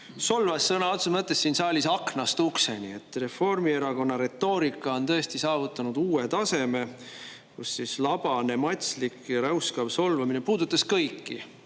solvas sõna otseses mõttes siin saalis aknast ukseni. Reformierakonna retoorika on tõesti saavutanud uue taseme, kus labane, matslik ja räuskav solvamine puudutas kõiki,